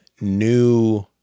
new